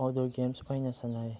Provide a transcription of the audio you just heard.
outdoor games ꯑꯣꯏꯅ ꯁꯥꯟꯅꯩ